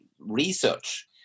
research